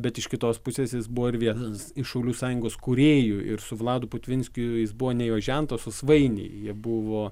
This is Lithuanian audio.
bet iš kitos pusės jis buvo ir vienas iš šaulių sąjungos kūrėjų ir su vladu putvinskiu jis buvo ne jo žentas o svainiai jie buvo